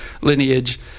lineage